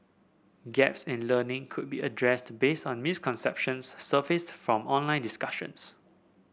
gaps in learning could be addressed based on misconceptions surfaced from online discussions